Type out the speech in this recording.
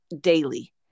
daily